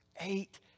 Eight